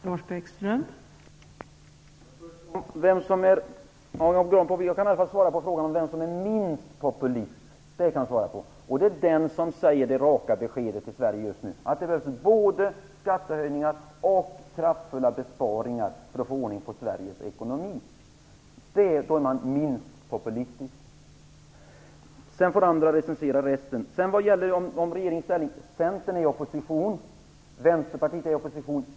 Fru talman! Jag kan i alla fall svara på frågan vem som är minst populistisk. Det är den som ger det raka beskedet till Sverige att just nu behövs både skattehöjningar och kraftfulla besparingar för att få ordning på Sveriges ekonomi. Det är den som är minst populistisk. Sedan får andra recensera resten. Vad gäller det som sades om regeringsställning vill jag säga följande: Centern är i opposition. Vänsterpartiet är i opposition.